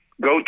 go